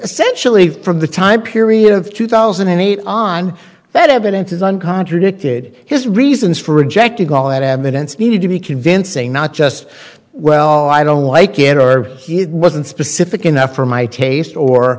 essentially from the time period of two thousand and eight on that evidence isn't contradicted his reasons for rejecting all that have been subpoenaed to be convincing not just well i don't like it or he wasn't specific enough for my taste or